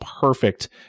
perfect